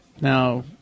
Now